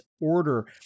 order